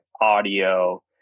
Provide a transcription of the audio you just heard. audio